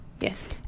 Yes